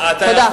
תודה.